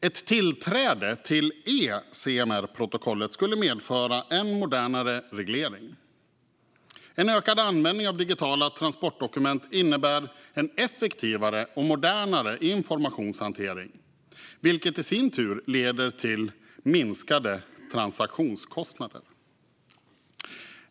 Ett tillträde till e-CMR-protokollet skulle medföra en modernare reglering. En ökad användning av digitala transportdokument innebär en effektivare och modernare informationshantering, vilket i sin tur leder till minskade transaktionskostnader.